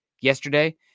yesterday